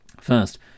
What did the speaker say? First